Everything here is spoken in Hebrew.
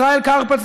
ישראל קרפלץ,